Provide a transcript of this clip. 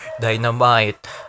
Dynamite